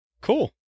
Cool